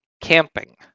camping